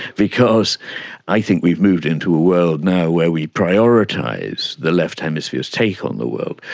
because i think we've moved into a world now where we prioritise the left hemisphere's take on the world,